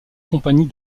compagnie